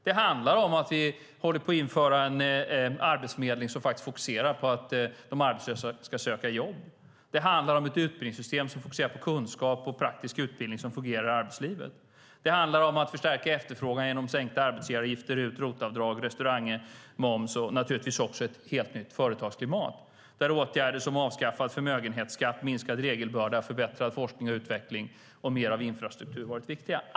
Det handlar om att vi håller på att införa en arbetsförmedling som faktiskt fokuserar på att de arbetslösa ska söka jobb. Det handlar om ett utbildningssystem som fokuserar på kunskap och praktisk utbildning som fungerar i arbetslivet. Det handlar om att förstärka efterfrågan genom sänkta arbetsgivaravgifter och genom RUT och ROT-avdrag, restaurangmoms och naturligtvis också ett helt nytt företagsklimat där åtgärder som avskaffad förmögenhetsskatt, minskad regelbörda, förbättrad forskning och utveckling samt mer av infrastruktur varit viktiga.